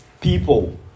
people